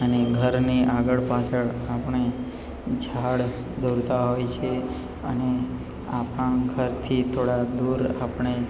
અને ઘરની આગળ પાછળ આપણે ઝાડ દોરતા હોય છે અને આપણા ઘરથી થોડા દૂર આપણે